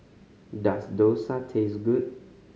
does dosa taste good